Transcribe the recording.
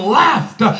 laughed